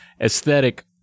aesthetic